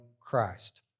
Christ